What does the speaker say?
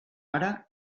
hora